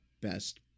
best